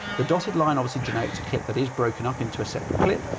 the dotted line obviously denotes a clip that is broken up into a separate clip,